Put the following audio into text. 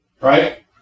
right